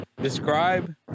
Describe